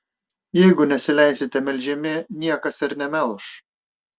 jeigu nesileisite melžiami niekas ir nemelš